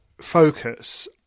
focus